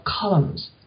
columns